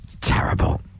Terrible